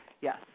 Yes